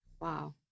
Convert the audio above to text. Wow